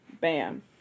bam